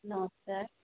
ନମସ୍କାର